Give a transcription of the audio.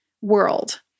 world